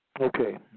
Okay